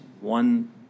one